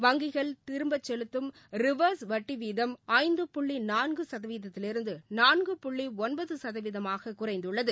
வங்கிகள் திருப்பிச் செலுத்தும் ரிவர்ஸ் வட்டி வீதம் ஐந்து புள்ளி நான்கு சதவீதத்திலிருந்து நான்கு புள்ளி ஒன்பது சதவீதமாக குறைத்துள்ளது